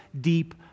deep